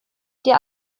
der